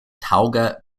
taŭga